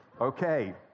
Okay